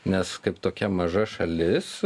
nes kaip tokia maža šalis